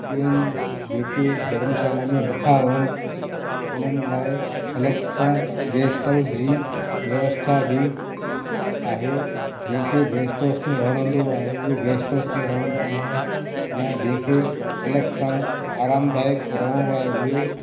ॿियनि जेके धर्मशाला में नथा रहनि उन्हनि लाइ अलॻि सां गेस्ट हाऊस जी व्यवस्था बि आहे जंहिं खे गेस्ट हाऊस में वणंदो आहे उहे गेस्ट हाऊस में रहंदा आहिनि यां जंहिंखे अलॻि सां आरामदायक रहणो आहे उहे